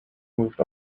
moved